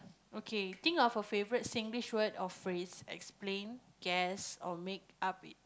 okay think of a favourite Singlish word or phrase explain guess or make up